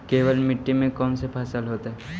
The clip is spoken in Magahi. केवल मिट्टी में कौन से फसल होतै?